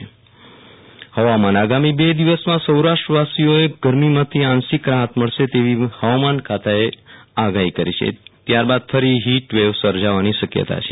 વીરલ રાણા હવામાન આગામી બે દિવસ સૌરાષ્ટ્રવાસીઓને ગરમીમાંથી આંશિક રાહત મળશે તેવી હવામાન ખાતાએ આગાહી કરી છે પણ ત્યારબાદ ફરી હીટવેવ સર્જાવાની શક્યતા છે